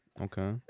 Okay